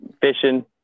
fishing